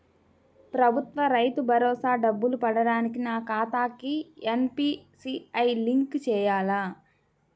ప్రభుత్వ రైతు భరోసా డబ్బులు పడటానికి నా ఖాతాకి ఎన్.పీ.సి.ఐ లింక్ చేయాలా?